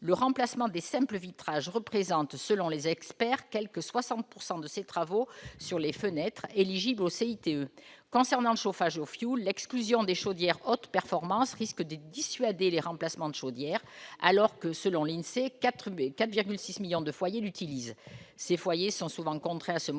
le remplacement des simple vitrage représente, selon les experts, quelque 60 pourcent de ses travaux sur les fenêtre éligible au CIT concernant le chauffage au fioul, l'exclusion des chaudières haute performance risque de dissuader les remplacements de chaudière, alors que, selon l'INSEE 84,6 millions de foyers utilisent ces foyers sont souvent contraints à ce mode